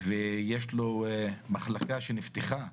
ויש לו מחלקה שנפתחה,